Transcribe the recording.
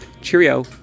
Cheerio